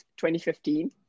2015